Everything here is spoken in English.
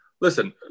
listen